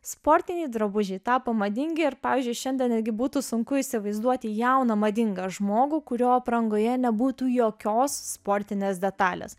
sportiniai drabužiai tapo madingi ir pavyzdžiui šiandien irgi būtų sunku įsivaizduoti jauną madingą žmogų kurio aprangoje nebūtų jokios sportinės detalės